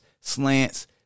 slants